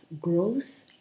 growth